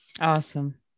Awesome